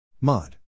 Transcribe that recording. mod